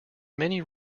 many